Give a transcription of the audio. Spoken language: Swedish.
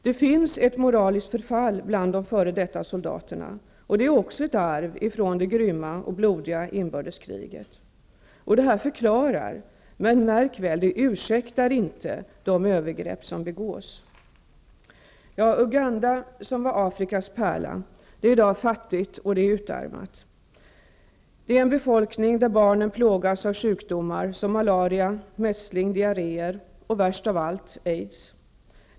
Det förekommer ett moraliskt förfall bland de f.d. soldaterna, och också det är ett arv från det grymma och blodiga inbördeskriget. Detta förklarar men -- märk väl -- ursäktar inte de övergrepp som begås. Uganda, en gång Afrikas pärla, är i dag fattigt och utarmat. Landet har en befolkning, där barnen plågas av sjukdomar som malaria, mässling, diarréer och, värst av allt, aids.